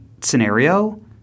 scenario